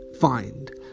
Find